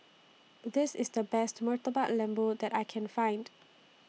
This IS The Best Murtabak Lembu that I Can Find